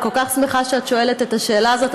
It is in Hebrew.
אני כל כך שמחה שאת שואלת את השאלה הזאת,